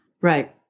Right